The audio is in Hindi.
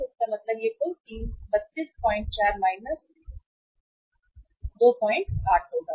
तो इसका मतलब है कि यह कुल 324 28 सही होगा